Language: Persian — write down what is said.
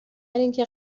اینکه